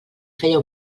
feia